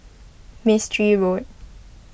Mistri Road